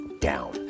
down